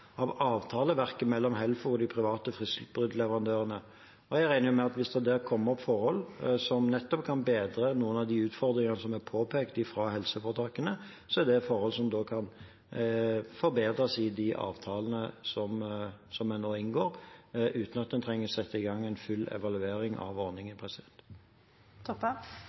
mellom Helfo og de private fristbruddleverandørene, og jeg regner med at hvis det der kommer opp forhold som kan bedre noen av de utfordringene som er påpekt fra helseforetakene, er det forhold som kan forbedres i de avtalene en nå inngår, uten at en trenger å sette i gang en full evaluering av ordningen.